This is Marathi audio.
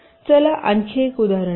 चला आणखी एक उदाहरण घेऊ